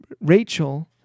Rachel